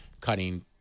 cutting